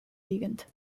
liegend